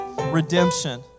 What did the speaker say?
redemption